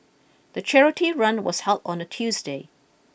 the charity run was held on a Tuesday